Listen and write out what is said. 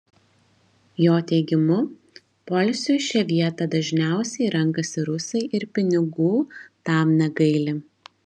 jo teigimu poilsiui šią vietą dažniausiai renkasi rusai ir pinigų tam negaili